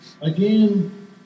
again